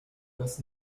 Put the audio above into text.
das